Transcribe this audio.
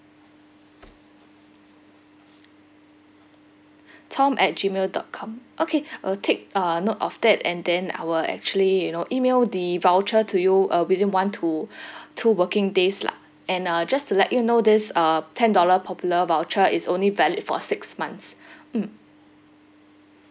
tom at gmail dot com okay I'll take a note of that and then I will actually you know email the voucher to you uh within one to two working days lah and uh just to let you know this uh ten dollar popular voucher is only valid for six months mm